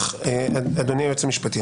אדוני היועץ המשפטי,